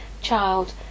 child